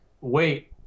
wait